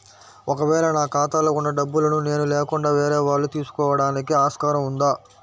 ఒక వేళ నా ఖాతాలో వున్న డబ్బులను నేను లేకుండా వేరే వాళ్ళు తీసుకోవడానికి ఆస్కారం ఉందా?